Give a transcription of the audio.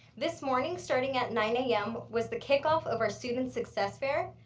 this morning starting at nine a m. was the kickoff of our student success fair.